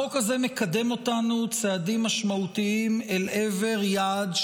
החוק הזה מקדם אותנו בצעדים משמעותיים אל עבר יעד,